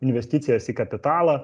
investicijas į kapitalą